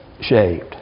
shaved